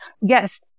Yes